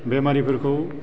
बेमारिफोरखौ